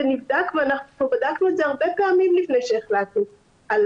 זה נבדק ואנחנו בדקנו את זה הרבה פעמים לפני שהחלטנו על